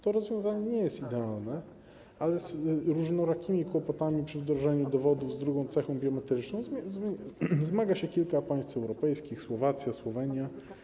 To rozwiązanie nie jest idealne, ale z różnorakimi kłopotami przy wdrożeniu dowodów z drugą cechą biometryczną zmaga się kilka państw europejskich: Słowacja, Słowenia.